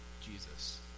Jesus